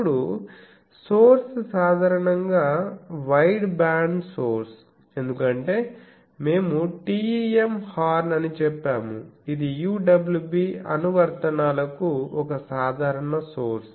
ఇప్పుడు సోర్స్ సాధారణంగా wideband source ఎందుకంటే మేము TEM హార్న్ అని చెప్పాము ఇది UWB అనువర్తనాలకు ఒక సాధారణ సోర్స్